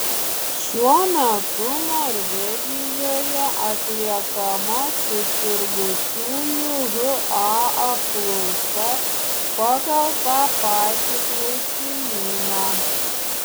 šiuo metu norvegijoje atliekama susirgusiųjų ha apklausa pagal tą patį klausimyną